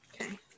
Okay